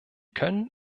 können